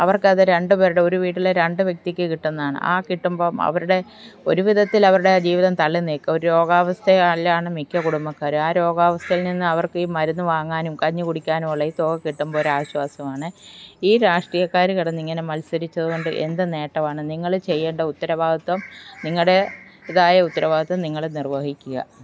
അവർക്ക് അത് രണ്ട് പേരുടെ ഒരു വീട്ടിലെ രണ്ട് വ്യക്തിക്ക് കിട്ടുന്നതാണ് ആ കിട്ടുമ്പം അവരുടെ ഒരു വിധത്തിൽ അവരുടെ ജീവിതം തള്ളി നീക്കും ഒരു രോഗാവസ്ഥയിലാണ് മിക്ക കുടുംബക്കാരും ആ രോഗാവസ്ഥയിൽ നിന്ന് അവർക്ക് ഈ മരുന്ന് വാങ്ങാനും കഞ്ഞി കുടിക്കാനും ഉള്ള ഈ തുക കിട്ടുമ്പോഴുള്ള ഒരു ആശ്വാസമാണ് ഈ രാഷ്ട്രീയക്കാർ കിടന്ന് ഇങ്ങനെ മത്സരിച്ചതുകൊണ്ട് എന്ത് നേട്ടമാണ് നിങ്ങൾ ചെയ്യേണ്ടത് ഉത്തരവാദിത്വം നിങ്ങളുടേതായ ഉത്തരവാദിത്വം നിങ്ങൾ നിർവഹിക്കുക